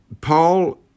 Paul